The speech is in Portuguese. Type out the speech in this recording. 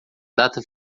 data